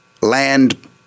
land